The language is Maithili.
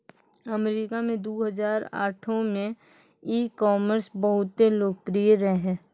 अमरीका मे दु हजार आठो मे ई कामर्स बहुते लोकप्रिय रहै